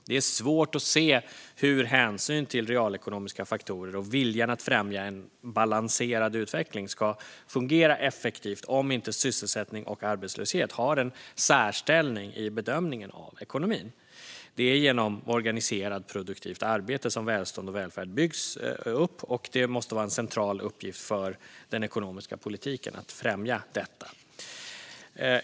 Det är svårt att se hur hänsyn till realekonomiska faktorer och viljan att främja en "balanserad" utveckling ska fungera effektivt om inte sysselsättning och arbetslöshet har en särställning i bedömningen av ekonomin. Det är genom organiserat, produktivt arbete som välstånd och välfärd byggs upp, och det måste vara en central uppgift för den ekonomiska politiken att främja detta.